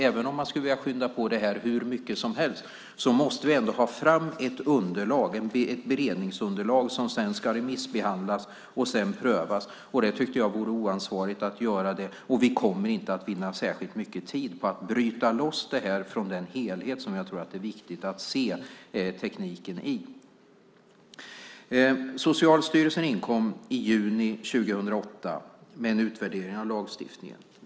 Även om vi skulle vilja skynda på ärendet hur mycket som helst måste vi ändå ta fram ett beredningsunderlag som sedan ska remissbehandlas och prövas. Det vore oansvarigt att bara påskynda ärendet, och vi skulle inte vinna särskilt mycket tid på att bryta loss denna fråga från den helhet som jag tycker att det är viktigt att se tekniken i. Socialstyrelsen inkom i juni 2008 med en utvärdering av lagstiftningen.